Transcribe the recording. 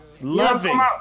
loving